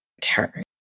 turn